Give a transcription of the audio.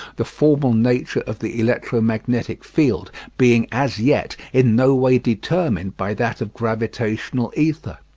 the formal nature of the electromagnetic field being as yet in no way determined by that of gravitational ether.